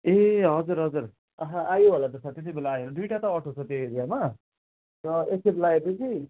ए हजुर हजुर आहा आयो होला त्यसै बेला आयो होला दुईवटा त अटो छ त्यो एरियामा तर एकखेप लागेपछि